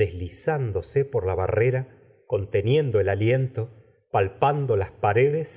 deslizándose por la barrera conteniendo el aliento palpando las paredes